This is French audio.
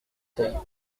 seuils